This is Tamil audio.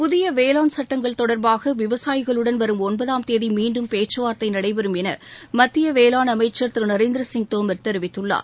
புதிய வேளாண் சட்டங்கள் தொடர்பாக விவசாயிகளுடன் வரும் ஒன்பதாம் தேதி மீண்டும் பேச்சுவார்த்தை நடைபெறும் என மத்திய வேளான் அமைச்சர் திரு நரேந்திரசிங் தோமர் தெரிவித்துள்ளார்